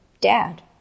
Dad